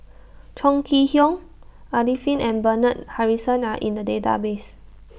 Chong Kee Hiong Arifin and Bernard Harrison Are in The Database